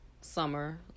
summer